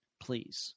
Please